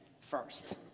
first